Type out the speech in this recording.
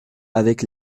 avec